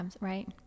Right